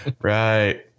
Right